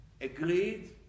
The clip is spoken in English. agreed